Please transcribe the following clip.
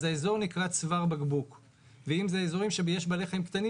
האזור נקרא "צוואר בקבוק"; ואם זה אזורים שיש בהם בעלי חיים קטנים